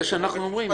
זה מה שאנחנו אומרים.